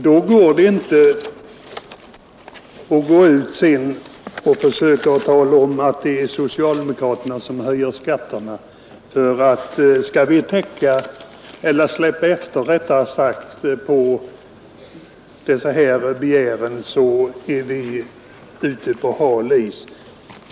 Då går det inte att sedan gå ut och försöka tala om att det är socialdemokraterna som höjer skatterna. Skall vi ge efter för dessa yrkanden är vi ute på hal is.